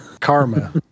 Karma